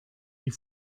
die